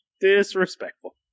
Disrespectful